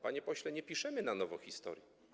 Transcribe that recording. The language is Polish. Panie pośle, nie piszemy na nowo historii.